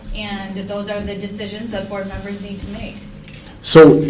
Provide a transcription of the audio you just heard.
and if those are the decisions that board members need to make so,